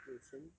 有钱